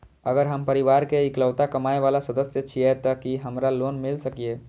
अगर हम परिवार के इकलौता कमाय वाला सदस्य छियै त की हमरा लोन मिल सकीए?